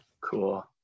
Cool